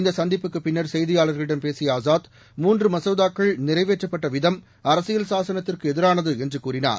இந்த சந்திப்புக்குப் பின்னர் செய்தியாளர்களிடம் பேசிய ஆசாத் மூன்று மசோதாக்கள் நிறைவேற்றப்பட்ட விதம் அரசியல் சாசனத்திற்கு எதிரானது என்று கூறினார்